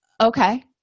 Okay